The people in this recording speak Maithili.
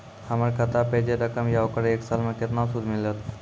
हमर खाता पे जे रकम या ओकर एक साल मे केतना सूद मिलत?